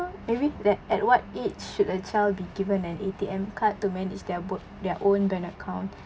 maybe that at what age should a child be given an A_T_M card to manage their both their own bank account